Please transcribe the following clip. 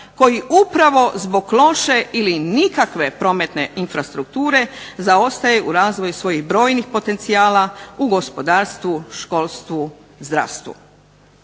koji upravo zbog loše ili nikakve prometne infrastrukture zaostaje za razvoj svojih brojnih potencijala u gospodarstvu, školstvu, zdravstvu.